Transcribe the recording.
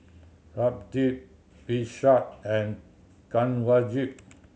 Pradip Vishal and Kanwaljit